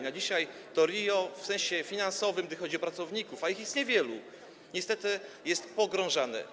Na dzisiaj RIO w sensie finansowym, gdy chodzi o pracowników, a jest ich niewielu, niestety jest pogrążane.